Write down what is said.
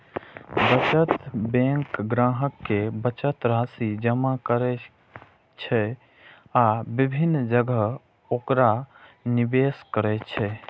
बचत बैंक ग्राहक के बचत राशि जमा करै छै आ विभिन्न जगह ओकरा निवेश करै छै